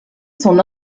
son